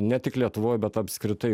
ne tik lietuvoj bet apskritai